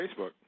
Facebook